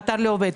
האתר לא עובד.